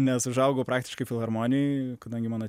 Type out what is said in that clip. nes užaugau praktiškai filharmonijoj kadangi mano